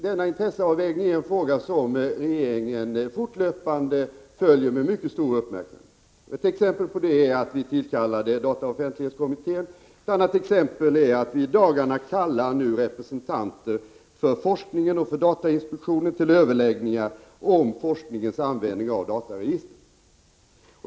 Denna intresseavvägning är en fråga som regeringen fortlöpande följer med mycket stor uppmärksamhet. Ett exempel på det är att vi tillkallat dataoffentlighetskommittén. Ett annat exempel är att vi i dagarna kallar representanter för forskningen och för datainspektionen till överläggningar om forskningens användning av dataregister.